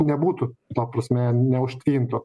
nebūtų ta prasme neužtvintų